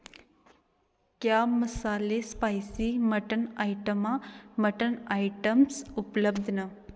क्या मसाले spicy mutton आइटमां मटन आइटम्स उपलब्ध न